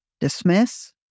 dismiss